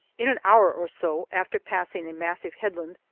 in an hour or so, after passing a massive headland,